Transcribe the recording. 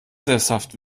sesshaft